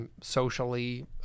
socially